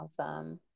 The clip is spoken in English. Awesome